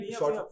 short